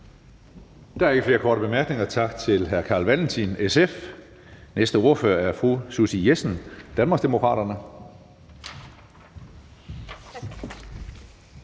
Der er ikke flere korte bemærkninger. Tak til hr. Carl Valentin, SF. Den næste ordfører er fru Susie Jessen, Danmarksdemokraterne.